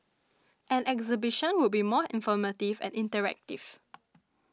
an exhibition would be more informative and interactive